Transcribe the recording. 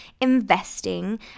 investing